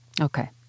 Okay